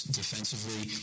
defensively